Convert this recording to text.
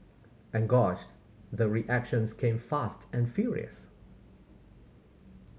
and gosh the reactions came fast and furious